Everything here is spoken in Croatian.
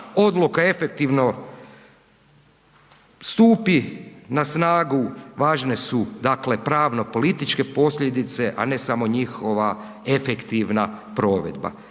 odluka efektivno stupi na snagu, važne su dakle pravno političke posljedice, a ne samo njihova efektivna provedba.